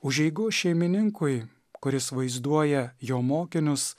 užeigos šeimininkui kuris vaizduoja jo mokinius